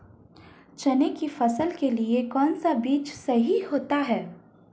चने की फसल के लिए कौनसा बीज सही होता है?